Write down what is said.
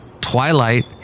Twilight